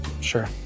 sure